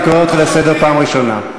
אני קורא אותך לסדר פעם ראשונה.